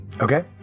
Okay